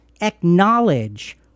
acknowledge